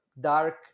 dark